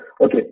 Okay